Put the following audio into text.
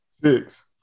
Six